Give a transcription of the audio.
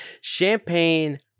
Champagne